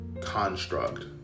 construct